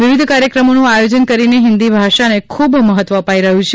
વિવિધ કાર્યક્રમોનું આયોજન કરીને હિન્દી ભાષાને ખૂબ મહત્વ અપાઈ રહ્યું છે